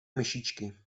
myšičky